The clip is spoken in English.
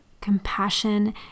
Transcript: compassion